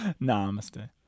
namaste